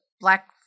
black